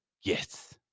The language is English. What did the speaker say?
yes